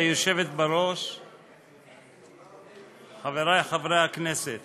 לסיים את הכיבוש, לעשות שלום, לחיות פעם ראשונה